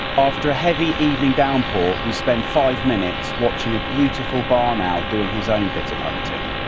after a heavy evening down pour, we spend five minutes watching a beautiful barn owl doing his own bit of hunting.